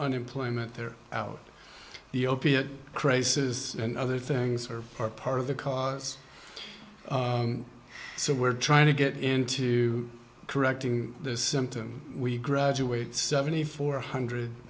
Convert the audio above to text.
unemployment they're out the opiate crazes and other things are part of the cause so we're trying to get into correcting the symptom we graduate seventy four hundred